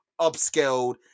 upscaled